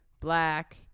black